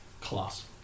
Class